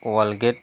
Colgate